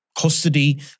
custody